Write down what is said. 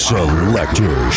Selector